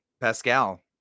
Pascal